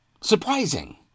surprising